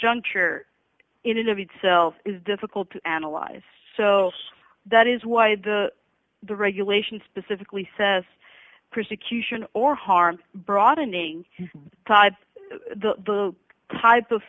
juncture interviewed so is difficult to analyze so that is why the the regulation specifically says persecution or harm broadening top the type of